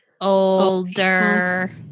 older